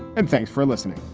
and thanks for listening